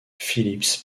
phillips